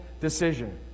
decision